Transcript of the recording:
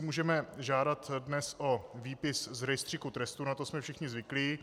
My si můžeme žádat dnes o výpis z rejstříku trestů, na to jsme všichni zvyklí.